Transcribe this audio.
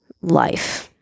life